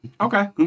Okay